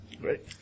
Great